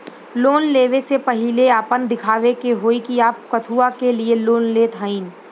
Loan ले वे से पहिले आपन दिखावे के होई कि आप कथुआ के लिए लोन लेत हईन?